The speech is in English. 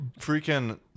Freaking